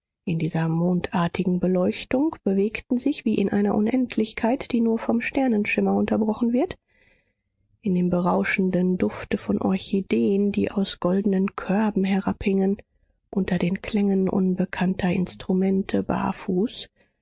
in dieser mondartigen beleuchtung bewegten sich wie in einer unendlichkeit die nur vom sternenschimmer unterbrochen wird in dem berauschenden dufte von orchideen die aus goldenen körben herabhingen unter den klängen unbekannter instrumente barfuß